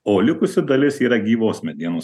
o likusi dalis yra gyvos medienos